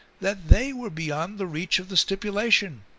that they were be yond the reach of the stipulation.